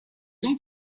donc